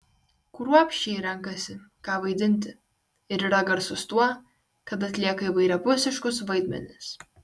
kruopščiai renkasi ką vaidinti ir yra garsus tuo kad atlieka įvairiapusiškus vaidmenis